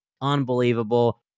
Unbelievable